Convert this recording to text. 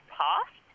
past